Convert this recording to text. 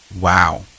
wow